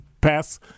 pass